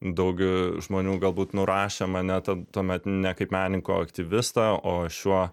daug žmonių galbūt nurašė mane tad tuomet ne kaip menininką o aktyvistą o šiuo